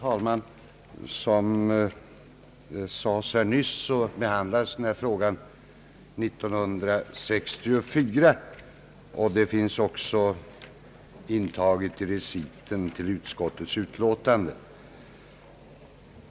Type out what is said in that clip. Herr talman! Som nyss nämndes behandlades denna fråga 1964, vilket också nämns i reciten till utskottets utlåtande.